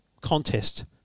contest